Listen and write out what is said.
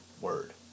Word